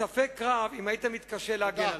ספק רב אם היית מתקשה להגן עלי.